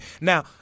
Now